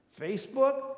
Facebook